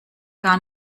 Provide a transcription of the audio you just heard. gar